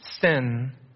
sin